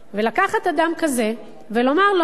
ולקחת אדם כזה ולומר לו: